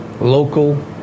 local